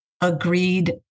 agreed